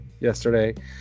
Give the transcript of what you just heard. yesterday